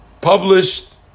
published